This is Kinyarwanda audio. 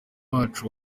wacu